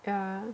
yeah